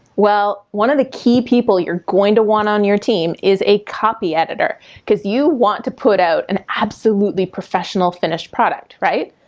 well, one of the key people that you're going to want on your team is a copy editor cause you want to put out an absolutely professional finished product, right?